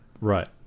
right